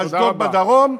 באשדוד בדרום,